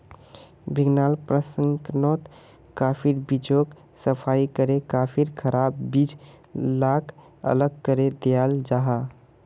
भीन्गाल प्रशंस्कर्नोत काफिर बीजोक सफाई करे काफिर खराब बीज लाक अलग करे दियाल जाहा